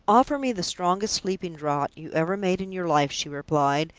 offer me the strongest sleeping draught you ever made in your life she replied.